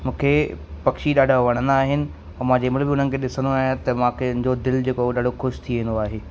मूंखे पक्षी ॾाढा वणंदा आहिनि ऐं मां जंहिंमहिल बि उन्हनि खे ॾिसंदो आहियां त मां कंहिंजो दिलि जेको उहो ॾाढो ख़ुशि थी वेंदो आहे